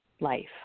life